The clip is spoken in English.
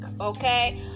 Okay